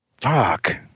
Fuck